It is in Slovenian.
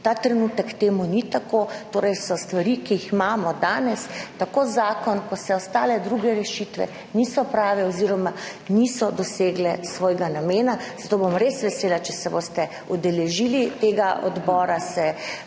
Ta trenutek to ni tako. Torej, stvari, ki jih imamo danes, tako zakon kot vse ostale druge rešitve, niso prave oziroma niso dosegle svojega namena. Zato bom res vesela, če se boste udeležili tega odbora,